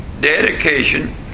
dedication